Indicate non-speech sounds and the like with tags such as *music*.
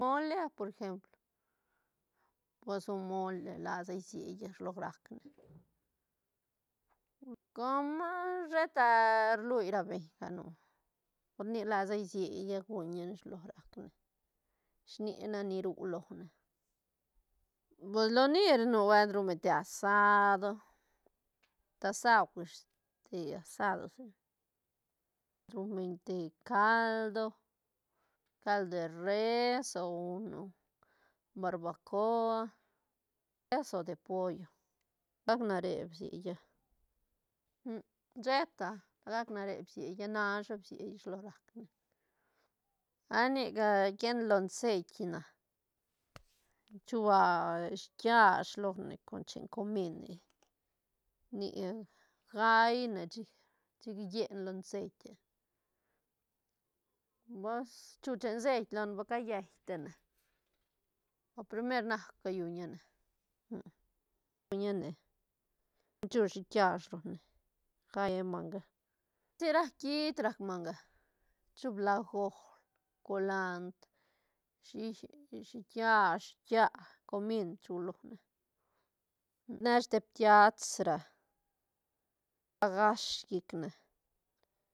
Mole por ejemplo pues mole lasa siella shilo rac ne sheta rlui ra beñ canu por nic lasa isella guñane shilo racne shinic nac ni ru lone pues loni nubuelt ruñ beñ te asado tasauj ish te asado si ruñ beñ te caldo caldo de res o uno barbacoa eso de pollo la gac nare bisiella *hesitation* sheta la gac nare bsiella nasha bsiella shilo rac ne a nic rquiea lo ceit na chu shiit kiash lone con chen comine ni gaine chic- chic yene lo ceite mas chu chen seit lone ba callai tine o primer na cayuñane *hesitation* guñane chu shiit kiash lone gaí manga sic rac hiit rac manga chu blajo colandr shi- shi- shiit kiash, ptia, comín chu lone neshi te piats ra blajash llicne